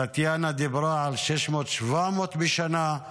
טטיאנה דיברה על 600 700 בשנה.